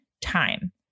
time